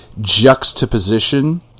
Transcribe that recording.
juxtaposition